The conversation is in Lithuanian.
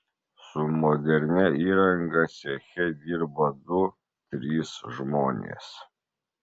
su modernia įranga ceche dirba du trys žmonės